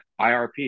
IRP